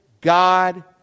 God